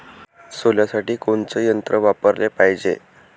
सोल्यासाठी कोनचं यंत्र वापराले पायजे?